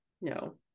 no